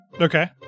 Okay